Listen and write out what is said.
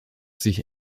sich